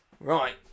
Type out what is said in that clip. right